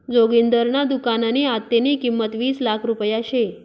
जोगिंदरना दुकाननी आत्तेनी किंमत वीस लाख रुपया शे